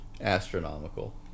astronomical